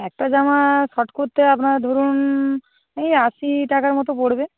একটা জামা শর্ট করতে আপনার ধরুন এই আশি টাকার মতো পড়বে